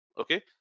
okay